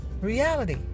reality